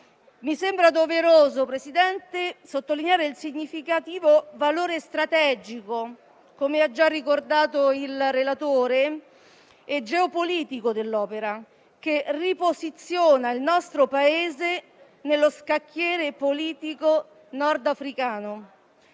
mi sembra doveroso sottolineare il significativo valore strategico, come ha già ricordato il relatore, e geopolitico dell'opera, che riposiziona il nostro Paese nello scacchiere politico nordafricano.